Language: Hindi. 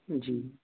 जी